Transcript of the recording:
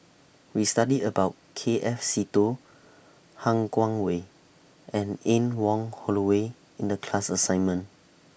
We studied about K F Seetoh Han Guangwei and Anne Wong Holloway in The class assignment